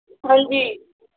ਹਾਂਜੀ